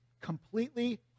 completely